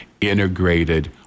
integrated